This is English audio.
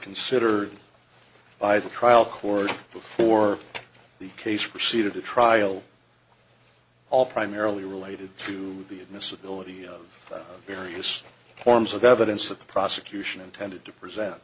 considered by the trial court before the case proceeded to trial all primarily related to the admissibility of various forms of evidence that the prosecution intended to present